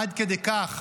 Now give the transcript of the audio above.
עד כדי כך,